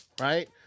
right